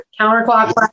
counterclockwise